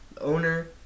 owner